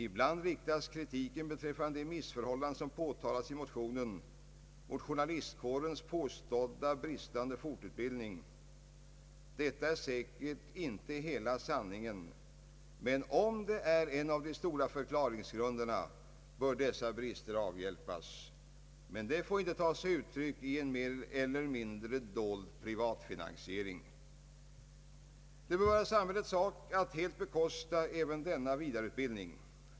Ibland riktas kritiken beträffande de missförhållanden, som påtalats i motionen, mot journalistkårens påstådda bristfälliga fortbildning. Detta är säkerligen inte hela sanningen. Men om det är en av de stora förklaringsgrunderna bör dessa brister avhjälpas. Men det får inte ta sig uttryck i en mer eller mindre dold privatfinansiering. Det bör vara samhällets sak att helt bekosta även denna vidareutbildning.